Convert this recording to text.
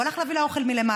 והוא הלך להביא אוכל מלמטה.